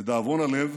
לדאבון הלב,